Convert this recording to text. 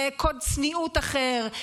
בקוד צניעות אחר,